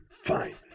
Fine